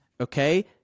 Okay